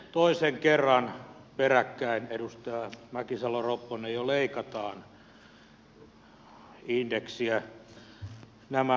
toisen kerran peräkkäin edustaja mäkisalo ropponen jo leikataan indeksiä